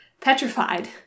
petrified